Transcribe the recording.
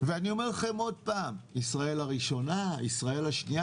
ואני אומר לכם עוד פעם: ישראל הראשונה-ישראל השנייה.